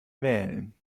wählen